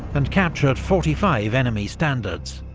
and captured forty five enemy standards.